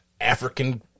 African